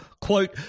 quote